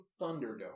Thunderdome